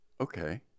okay